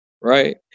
right